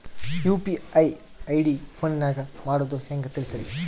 UPI ID ಫೋನಿನಾಗ ಮಾಡೋದು ಹೆಂಗ ತಿಳಿಸ್ರಿ?